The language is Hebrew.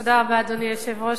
אדוני היושב-ראש,